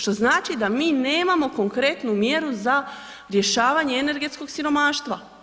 Što znači da mi nemamo konkretnu mjeru za rješavanje energetskog siromaštva.